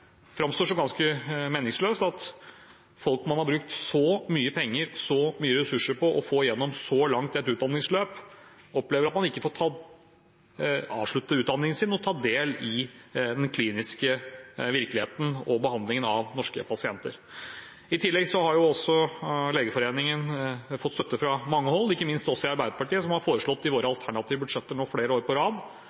framstår som ganske meningsløst at folk man har brukt så mye penger, så mye ressurser på å få gjennom et så langt utdanningsløp, opplever at de ikke får avsluttet utdanningen sin og ta del i den kliniske virkeligheten og behandlingen av norske pasienter. I tillegg har Legeforeningen fått støtte fra mange hold, ikke minst fra Arbeiderpartiet, som har foreslått i sitt alternative budsjett flere år på rad